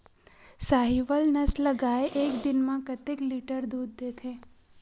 साहीवल नस्ल गाय एक दिन म कतेक लीटर दूध देथे?